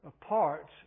parts